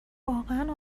واقعا